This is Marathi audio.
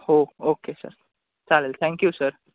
हो ओके सर चालेल थँक्यू सर